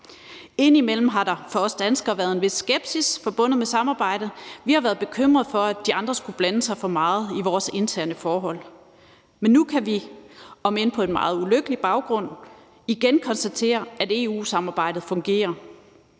Indimellem har der for os danskere været en vis skepsis forbundet med samarbejdet. Vi har været bekymrede for, at de andre skulle blande sig for meget i vores interne forhold, men nu kan vi, om end på en meget ulykkelig baggrund, igen konstatere, at EU-samarbejdet fungerer.